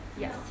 Yes